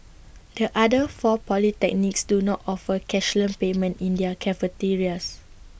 the other four polytechnics do not offer cashless payment in their cafeterias